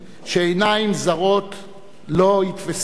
שעיניים זרות לא יתפסוה.